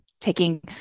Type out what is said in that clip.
taking